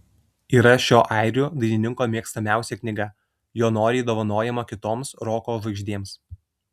yra šio airių dainininko mėgstamiausia knyga jo noriai dovanojama kitoms roko žvaigždėms